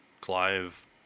Clive